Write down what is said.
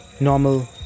normal